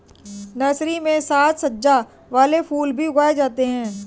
nursery में साज सज्जा वाले फूल भी उगाए जाते हैं